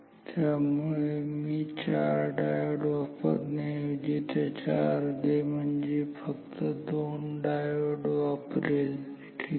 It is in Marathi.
त्यामुळे मी चार डायोड वापरण्याऐवजी त्याच्या अर्धे म्हणजेच फक्त दोन डायोड वापरत आहे ठीक आहे